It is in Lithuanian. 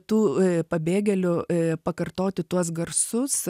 tų pabėgėlių pakartoti tuos garsus